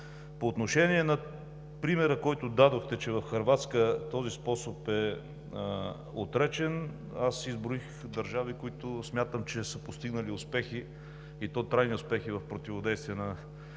По отношение на примера, който дадохте, че в Хърватска този способ е отречен, аз изброих държави, които смятам, че са постигнали успехи, и то трайни успехи в противодействие на